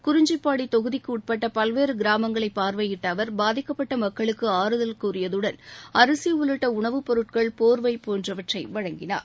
குறிஞ்சிப்பாடி தொகுதிக்கு உட்பட்ட பல்வேறு கிராமங்களை பார்வையிட்ட அவர் பாதிக்கப்பட்ட மக்களுக்கு ஆறுதல் கூறியதுடன் அரிசி உள்ளிட்ட உணவுப் பொருட்கள் போர்வை போன்றவற்றை வழங்கினார்